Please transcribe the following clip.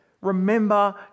remember